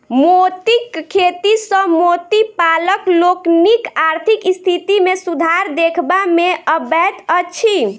मोतीक खेती सॅ मोती पालक लोकनिक आर्थिक स्थिति मे सुधार देखबा मे अबैत अछि